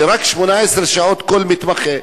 שרק 18 שעות כל מתמחה.